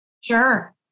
Sure